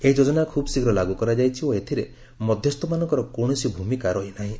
ଏହି ଯୋଜନା ଖୁବ୍ଶୀଘ୍ର ଲାଗୁ କରାଯାଇଛି ଓ ଏଥିରେ ମଧ୍ୟସ୍ତୁମାନଙ୍କର କୌଣସି ଭୂମିକା ରହିନାହିଁ